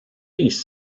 piece